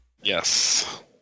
Yes